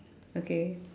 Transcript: okay